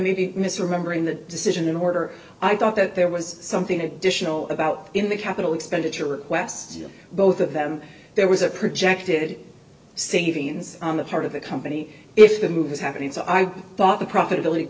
sremembering the decision in order i thought that there was something additional about in the capital expenditure requests both of them there was a projected savings on the part of the company if the move was happening so i thought the profitability